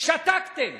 שתקתם